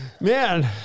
Man